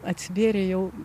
atsivėrė jau